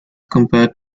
compared